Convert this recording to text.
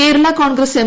Kerala Congress M